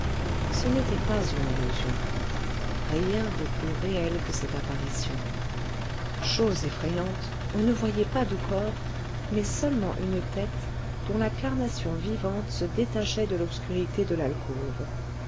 ce n'était pas une illusion rien de plus réel que cette apparition chose effrayante on ne voyait pas de corps mais seulement une tête dont la carnation vivante se détachait de l'obscurité de l'alcôve